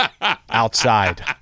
outside